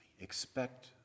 Expect